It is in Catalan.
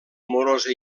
amorosa